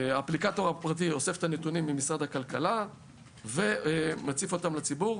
האפליקטור הפרטי אוסף את הנתונים במשרד הכלכלה ומציף אותם לציבור.